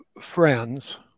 friends